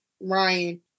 Ryan